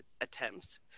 attempts